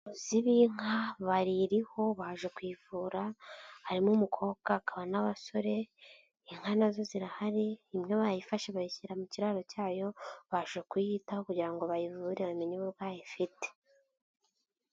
Abavuzi b'ibinka bayiriho baje kuyivura harimo umukobwa hakaba n'abasore inka nazo zirahari imwe bayifashe bayishyira mu kiraro cyayo baje kuyitaho kugira ngo bayivure bamenye uburwayi ifite.